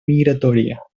migratoria